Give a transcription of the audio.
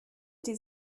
die